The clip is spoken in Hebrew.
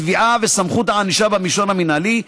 התביעה וסמכות הענישה במישור המינהלי,